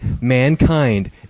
mankind